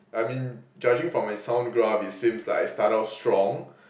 I mean judging from my sound graph it seems like I start off strong